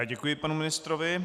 Děkuji panu ministrovi.